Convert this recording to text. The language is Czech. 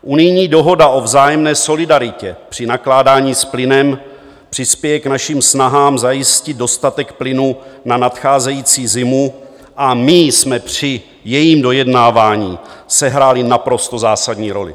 Unijní dohoda o vzájemné solidaritě při nakládání s plynem přispěje k našim snahám zajistit dostatek plynu na nadcházející zimu a my jsme při jejím dojednávání sehráli naprosto zásadní roli.